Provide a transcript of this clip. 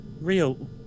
real